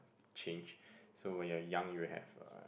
changed so when you are young you have a